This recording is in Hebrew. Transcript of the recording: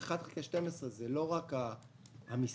1/12 זה לא רק המספר,